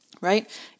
right